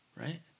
right